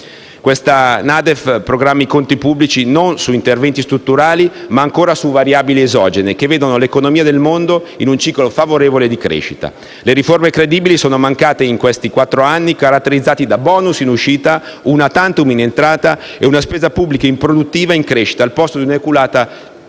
la NADEF programma i conti pubblici non su interventi strutturali, ma ancora sulle variabili esogene, che vedono l'economia del mondo in un ciclo favorevole di crescita. Le riforme credibili sono mancate negli ultimi quattro anni caratterizzati da *bonus* in uscita, *una tantum* in entrata e una spesa pubblica improduttiva in crescita, al posto di una oculata *spending